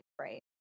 right